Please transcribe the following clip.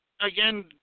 again